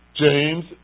James